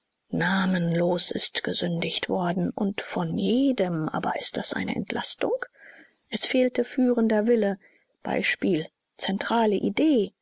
namenlos ist gesündigt worden und von jedem aber ist das eine entlastung es fehlte führender wille beispiel zentrale idee